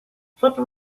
flipper